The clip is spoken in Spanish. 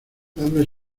dadme